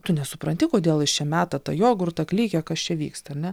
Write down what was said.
tu nesupranti kodėl jis čia meta tą jogurtą klykia kas čia vyksta ar ne